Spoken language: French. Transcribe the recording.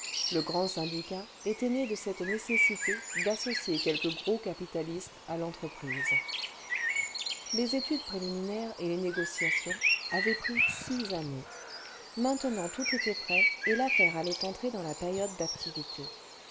le grand syndicat était né de cette nécessité d'associer quelques gros capitalistes à l'entreprise les études prétiminaires et les négociations avaient pris six années maintenant tout était prêt et l'affaire allait entrer dans la période d'activité